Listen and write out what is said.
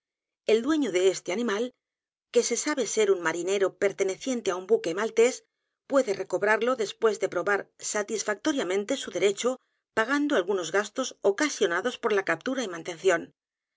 el dueño de este animal que se sabe ser un marinero perteneciente á un buque maltes puede recobrarlo después de probar satisfactoriamente su derecho pagando algunos gastos ocasionados por la captura y mantención